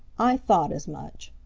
i thought as much!